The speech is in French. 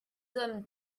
hommes